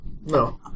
No